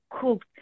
cooked